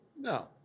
No